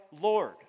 Lord